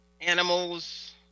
animals